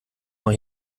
noch